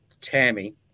Tammy